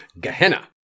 Gehenna